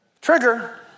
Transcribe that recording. trigger